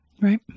Right